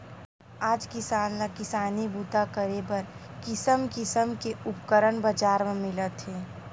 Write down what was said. आज किसान ल किसानी बूता करे बर किसम किसम के उपकरन बजार म मिलत हे